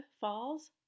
Falls